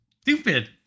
stupid